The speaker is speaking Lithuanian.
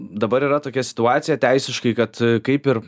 dabar yra tokia situacija teisiškai kad kaip ir